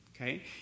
okay